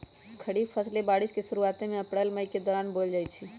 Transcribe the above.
खरीफ फसलें बारिश के शुरूवात में अप्रैल मई के दौरान बोयल जाई छई